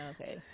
Okay